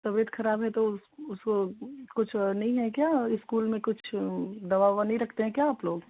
तबीयत ख़राब है तो उस उसको कुछ नहीं है क्या इस्कूल में कुछ दवा ववा नहीं रखते हैं क्या आप लोग